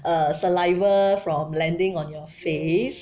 uh saliva from landing on your face